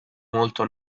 molto